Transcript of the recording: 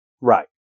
Right